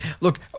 Look